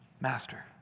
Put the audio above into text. master